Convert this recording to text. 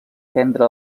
prendre